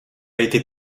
été